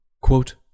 Quote